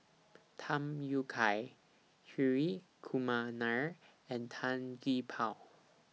Tham Yui Kai Hri Kumar Nair and Tan Gee Paw